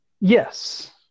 Yes